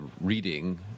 reading